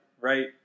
right